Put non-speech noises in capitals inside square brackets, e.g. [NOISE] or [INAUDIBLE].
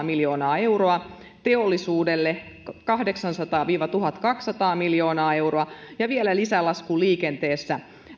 [UNINTELLIGIBLE] miljoonaa euroa teollisuudelle kahdeksansataa viiva tuhatkaksisataa miljoonaa euroa ja lisälasku liikenteessä